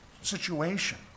situation